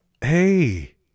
Hey